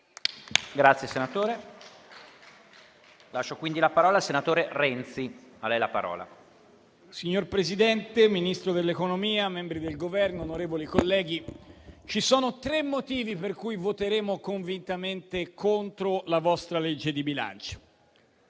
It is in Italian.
Signor Presidente, Ministro dell'economia, membri del Governo, onorevoli colleghi, ci sono tre motivi per cui voteremo convintamente contro il vostro disegno di legge di bilancio.